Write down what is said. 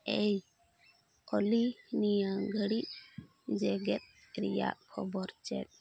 ᱮᱭ ᱚᱞᱤ ᱱᱤᱭᱟᱹ ᱜᱷᱟᱹᱲᱤᱡ ᱡᱮᱜᱮᱫ ᱨᱮᱭᱟᱜ ᱠᱷᱚᱵᱚᱨ ᱪᱮᱫ